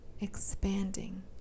expanding